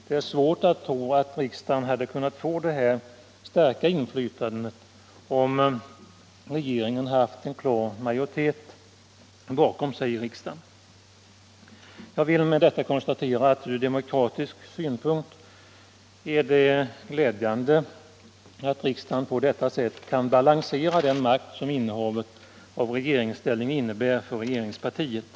Det är svårt att tro att riksdagen hade kunnat få ett så här starkt inflytande om regeringen haft en klar majoritet bakom sig i riksdagen. Jag vill med detta konstatera att ur demokratisk synpunkt är det glädjande att riksdagen på detta sätt kan balansera den makt som innehavet av regeringsställningen innebär för regeringspartiet.